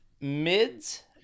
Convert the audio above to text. mids